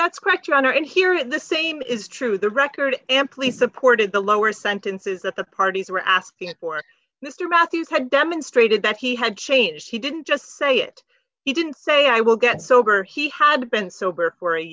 that's correct your honor and here at the same is true the record amply supported the lower sentences that the parties were asking for mr matthews had demonstrated that he had changed he didn't just say it he didn't say i will get sober he had been sober for a